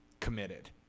committed